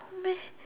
no meh